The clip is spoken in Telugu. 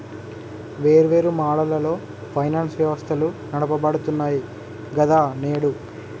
వేర్వేరు మోడళ్లలో ఫైనాన్స్ వ్యవస్థలు నడపబడుతున్నాయి గదా నేడు